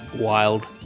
wild